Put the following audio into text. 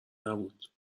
نبود